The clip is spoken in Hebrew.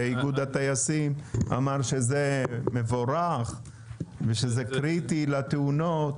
איגוד הטייסים אמר שזה מבורך ושזה קריטי לתאונות.